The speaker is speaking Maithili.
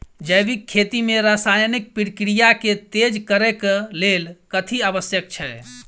जैविक खेती मे रासायनिक प्रक्रिया केँ तेज करै केँ कऽ लेल कथी आवश्यक छै?